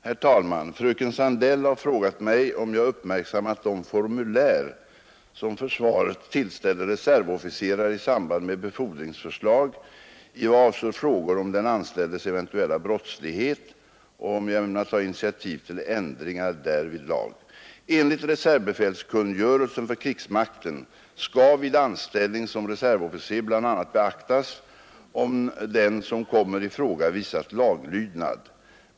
Herr talman! Fröken Sandell har frågat mig om jag uppmärksammat de formulär som försvaret tillställer reservofficerare i samband med befordringsförslag i vad avser frågor om den anställdes eventuella brottslighet och om jag ämnar ta initiativ till ändringar därvidlag. Enligt reservbefälskungörelsen för krigsmakten skall vid anställning som reservofficer bl.a. beaktas om den som kommer i fråga visat laglydnad.